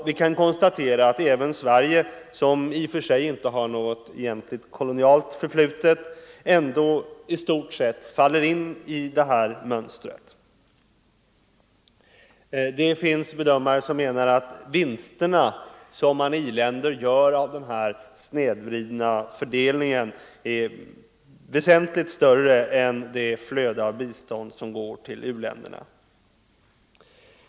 Vi kan konstatera att även Sverige, som i och för sig inte har något egentligt kolonialt förflutet, ändå i stort sett faller in i det här mönstret. Det finns bedömare som menar att de vinster som man gör i i-länderna genom denna snedvridna fördelning är väsentligt större än det flöde av bistånd som går till u-länderna.